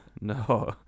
no